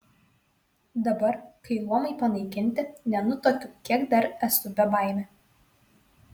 dabar kai luomai panaikinti nenutuokiu kiek dar esu bebaimė